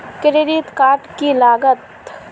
Credit card की लागत?